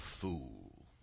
fool